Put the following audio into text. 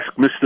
Mr